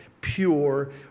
pure